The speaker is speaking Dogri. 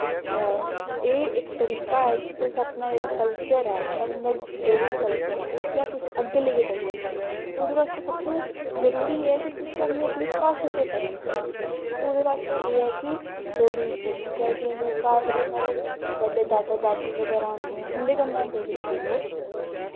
एह् इक तरीका ऐ कि तुस अपना जेह्ड़ा कल्चर ऐ जेह्ड़ा तुंदा डोगरी कल्चर ऐ उस्सी तुस अग्गें लेइयै जाई सकदे ओ ओह्दे बास्तै सबतू जरूरी ऐ कि तुसें अपनी अपनी भाशा चेतै रौह्नी चाहिदी ऐ ओह्दै बास्तै एह् ऐ कि डोगरी बोलनी चाहिदी ऐ जि'यां घर साढ़ै बड्डे दादा दादी बगैरा होंदे ऐ उं'दै कन्नै डोगरी बोलो